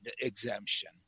exemption